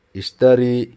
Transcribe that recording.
istari